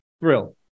thrill